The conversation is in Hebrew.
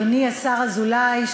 אדוני השר אזולאי,